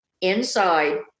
inside